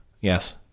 yes